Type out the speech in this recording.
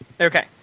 Okay